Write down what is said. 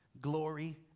glory